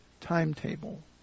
timetable